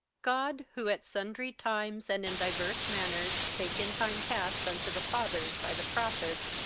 god, who at sundry times and in divers manners spake in time past unto the fathers by the prophets,